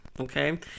Okay